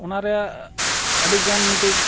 ᱚᱱᱟ ᱨᱮᱭᱟᱜ ᱟᱹᱰᱤᱜᱟᱱ ᱢᱤᱫᱴᱤᱱ